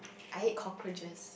I ate cockroaches